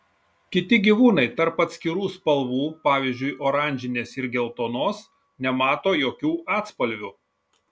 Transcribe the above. kiti gyvūnai tarp atskirų spalvų pavyzdžiui oranžinės ir geltonos nemato jokių atspalvių